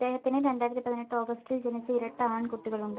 അദ്ദേഹത്തിന് രണ്ടായിരത്തി പതിനെട്ട് ഓഗസ്റ്റിൽ ജനിച്ച ഇരട്ട ആൺകുട്ടികളുണ്ട്